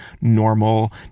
normal